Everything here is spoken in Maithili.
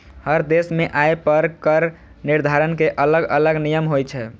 हर देश मे आय पर कर निर्धारण के अलग अलग नियम होइ छै